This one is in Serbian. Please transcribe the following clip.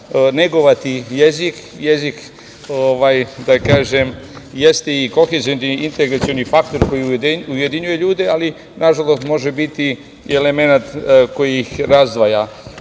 negovati jezik. Jezik, da kažem, jeste i kohezioni integracioni faktor koji ujedinjuje ljude, ali nažalost može biti i elemenat koji ih razdvaja. Imali